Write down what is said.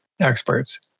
experts